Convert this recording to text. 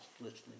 listening